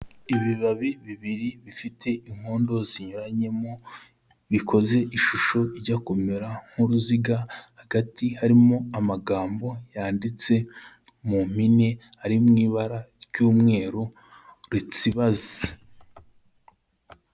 Ibibabi bibiri bifite inkondo zinyuranyemo, bikoze ishusho ijya kumera nk'uruziga, hagati harimo amagambo yanditse mu mpine ari mu ibara ry'umweru ritsibaze.